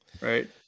right